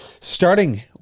starting